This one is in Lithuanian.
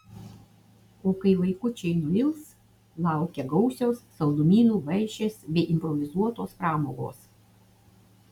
o kai vaikučiai nuils laukia gausios saldumynų vaišės bei improvizuotos pramogos